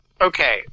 Okay